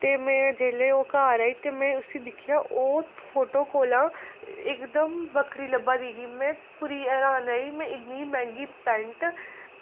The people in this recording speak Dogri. ते में जेल्लै ओह् घर आई ते में उसी दिक्खेआ ते ओह् फोटू कोला इक दम बक्खरी लब्भै दी ही में पूरी हैरान होई कि इन्नी मैंह्गी पैंट